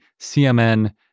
CMN